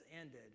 ended